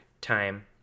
time